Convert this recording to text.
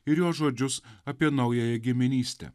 ir jo žodžius apie naująją giminystę